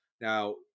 Now